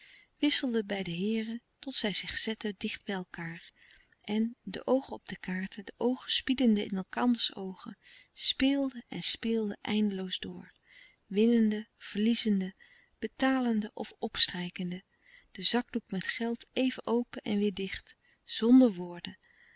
wisselende bij de heeren tot zij zich zetten dicht bij elkaâr en de oogen op de kaarten de oogen spiedende in elkanders oogen speelden en speelden eindeloos door winnende verliezende betalende of opstrijkende den zakdoek met geld even open en weêr dicht zonder woorden